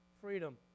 freedom